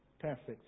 perfect